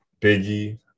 Biggie